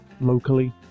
locally